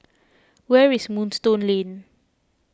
where is Moonstone Lane